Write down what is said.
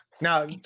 now